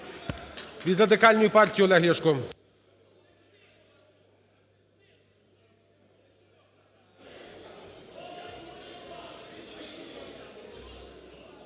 Від Радикальної партії Олег Ляшко.